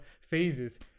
phases